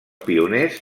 pioners